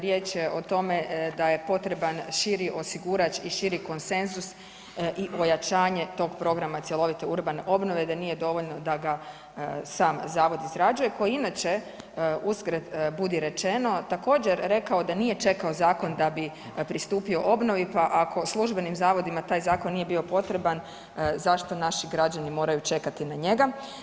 Riječ je o tome da je potreban širi osigurač i širi konsenzus i ojačanje tog programa cjelovite urbane obnove, da nije dovoljno da ga sam zavod izrađuje koji inače, uzgred, budi rečeno, također, rekao da nije čekao zakon da bi pristupio obnovi pa ako službenim zavodima taj zakon nije bio potreban, zašto naši građani moraju čekati na njega.